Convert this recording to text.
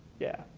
yeah.